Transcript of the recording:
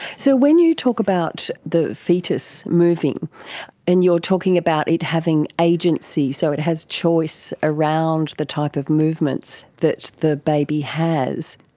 so when you talk about the fetus moving and you're talking about it having agency, so it has choice around the type of movements that the baby has,